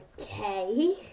Okay